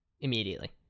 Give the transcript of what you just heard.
immediately